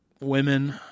Women